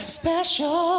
special